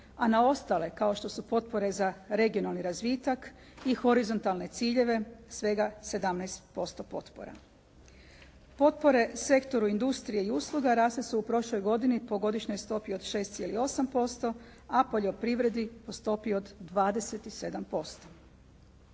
a na ostale, kao što su potpore za regionalni razvitak i horizontalne ciljeve svega 17% potpora. Potpore sektoru industrije i usluga rasle su u prošloj godini po godišnjoj stopi od 6,8% a u poljoprivredi po stopi od 27%.